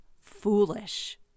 foolish